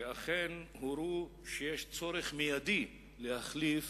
ואכן הורו שיש צורך מיידי להחליף